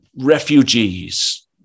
refugees